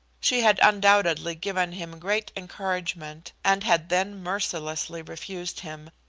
she had undoubtedly given him great encouragement, and had then mercilessly refused him,